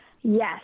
Yes